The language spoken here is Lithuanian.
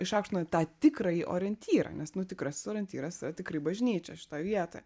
išaukštinant tą tikrąjį orientyrą nes tikrasis orientyras yra tikrai bažnyčia šitoj vietoje